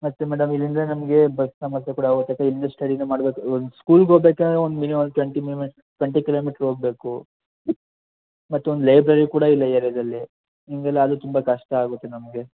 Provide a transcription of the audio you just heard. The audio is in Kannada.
ಮತ್ತು ಮೇಡಮ್ ಇಲ್ಲಿಂದ ನಮಗೆ ಬಸ್ ಸಮಸ್ಯೆ ಕೂಡ ಆಗುತ್ತೆ ಸ್ಟಡಿನ ಮಾಡಬೇಕು ಇವಾಗ ಸ್ಕೂಲಿಗೆ ಹೋಗ್ಬೇಕು ಅಂದ್ರೆ ಒಂದು minimum twenty minutes twenty kilometre ಹೋಗಬೇಕು ಮತ್ತು ಒಂದು ಲೈಬ್ರೆರಿ ಕೂಡ ಇಲ್ಲ ಈ ಏರಿಯಾದಲ್ಲಿ ಹೀಗೆಲ್ಲ ಆದ್ರೆ ತುಂಬ ಕಷ್ಟ ಆಗುತ್ತೆ ನಮಗೆ